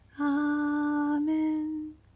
Amen